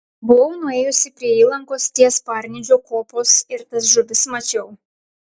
buvau nuėjusi prie įlankos ties parnidžio kopos ir tas žuvis mačiau